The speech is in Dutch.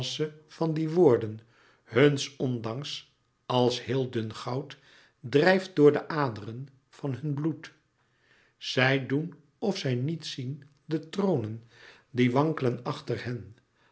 van die woorden huns ondanks als heel dun goud drijft door de aderen van hun bloed zij doen of zij niet zien de tronen die wankelen achter hen